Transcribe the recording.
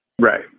right